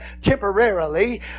temporarily